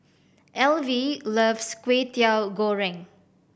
Elvie loves Kway Teow Goreng